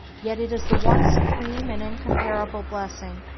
yet it is the one supreme and incomparable blessing,